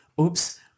oops